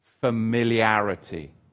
familiarity